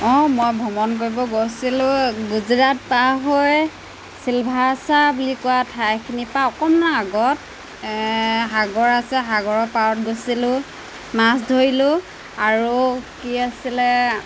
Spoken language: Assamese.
অঁ মই ভ্ৰমণ কৰিব গৈছিলোঁ গুজৰাট পাৰ হৈ শিলভাষা বুলি কোৱা ঠাইখিনিৰপৰা অকণমান আগত সাগৰ আছে সাগৰৰ পাৰত গৈছিলোঁ মাছ ধৰিলোঁ আৰু কি আছিলে